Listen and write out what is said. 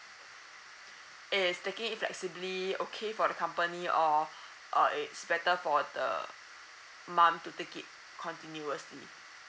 is taking flexibly okay for the company or uh it's better for the mum to take it continuously